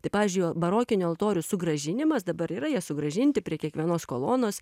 tai pavyzdžiui barokinių altorių sugrąžinimas dabar yra jie sugrąžinti prie kiekvienos kolonos